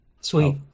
Sweet